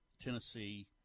Tennessee